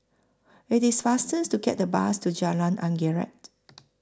IT IS faster to get The Bus to Jalan Anggerek